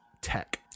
tech